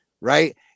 right